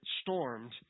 stormed